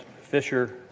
Fisher